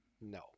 No